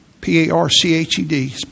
P-A-R-C-H-E-D